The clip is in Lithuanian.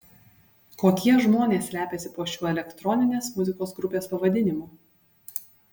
kokie žmonės slepiasi po šiuo elektroninės muzikos grupės pavadinimu